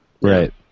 Right